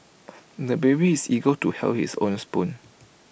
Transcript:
the baby is eager to hold his own spoon